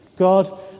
God